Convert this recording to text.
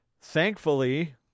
thankfully